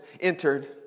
entered